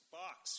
box